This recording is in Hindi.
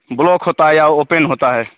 ब्लॉक होता है या ओपेन होता है